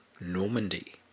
Normandy